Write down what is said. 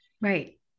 Right